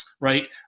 right